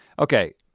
okay,